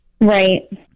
Right